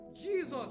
Jesus